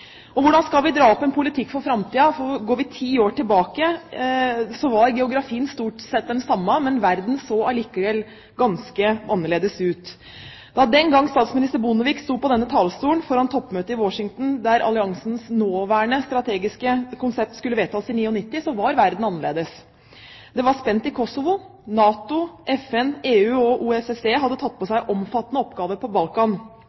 Hvordan skal vi dra opp en politikk for framtiden? Går vi ti år tilbake, var geografien stort sett den samme, men verden så allikevel ganske annerledes ut. Da den gang statsminister Bondevik sto på denne talerstolen foran toppmøtet i Washington, der alliansens nåværende strategiske konsept skulle vedtas i 1999, var verden annerledes. Det var spent i Kosovo. NATO, FN, EU og OSSE hadde tatt på seg omfattende oppgaver på Balkan.